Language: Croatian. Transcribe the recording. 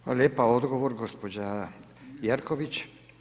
Hvala lijepo, odgovor, gospođa Jerković.